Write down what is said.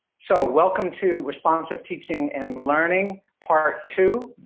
so, welcome to responsive teaching and learning, part two.